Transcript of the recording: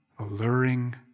alluring